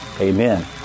Amen